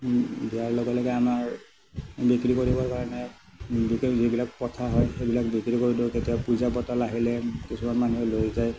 দিয়াৰ লগে লগে আমাৰ বিক্ৰী কৰিবৰ কাৰণে যিবিলাক পঠা হয় সেইবিলাক বিক্ৰী কৰি দিওঁ কেতিয়াবা পূজা পাতল আহিলে কিছুমান মানুহে লৈ যায়